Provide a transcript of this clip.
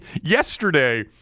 yesterday